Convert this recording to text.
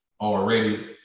already